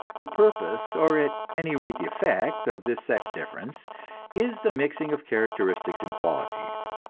the purpose, or at any rate the effect, of this sex difference is the mixing of characteristics and qualities.